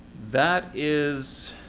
that is.